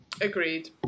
agreed